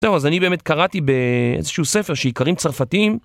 טוב, אז אני באמת קראתי באיזשהו ספר שאיכרים צרפתיים.